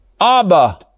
Abba